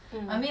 mm